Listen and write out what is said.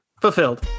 fulfilled